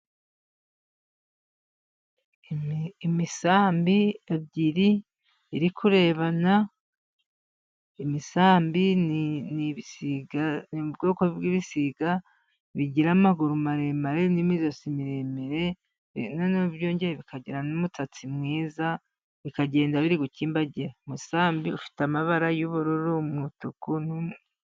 Imisambi ibiri iri kurebana, imisambi iri mu bwoko bw'ibisiga, bigira amaguru maremare ,n'imijosi miremire noneho byongeye bikagirana n'umutatsi mwiza, bikagenda biri gukimbagira. Umusambi ufite amabara y'ubururu n'umutuku .